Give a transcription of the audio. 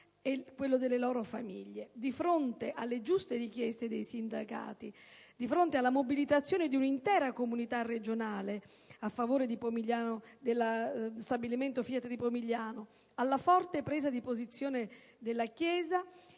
e quello delle loro famiglie. Di fronte alle giuste richieste dei sindacati, alla mobilitazione di un'intera comunità regionale a favore dello stabilimento FIAT di Pomigliano d'Arco e alla forte presa di posizione della Chiesa